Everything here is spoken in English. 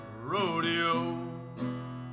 rodeo